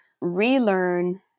relearn